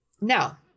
Now